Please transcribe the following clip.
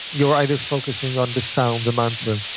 you're either focusing on the sound, the mantra,